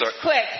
quick